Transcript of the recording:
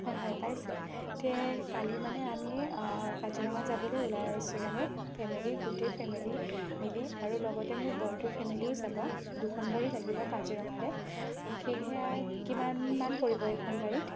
হয় হয় পাইছে তে কালি মানে আমি কাজিৰঙা যাবলৈ ওলাইছোঁ মানে ফেমিলি গোটেই ফেমিলি মিলি আৰু লগতে মোৰ বন্ধুৰ ফেমিলিও যাব দুখন গাড়ী লাগিব কাজিৰঙালৈ সেয়েহে কিমান মান পৰিব এখন গাড়ীত